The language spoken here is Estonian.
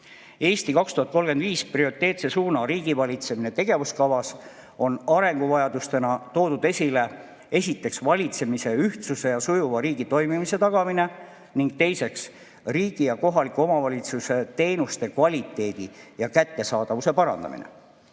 "Eesti 2035" prioriteetse suuna, riigivalitsemise tegevuskavas on arenguvajadustena esile toodud, esiteks, valitsemise ühtsuse ja sujuva riigi toimimise tagamine, ning teiseks, riigi ja kohaliku omavalitsuse teenuste kvaliteedi ja kättesaadavuse parandamine.